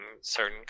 certain